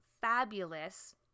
fabulous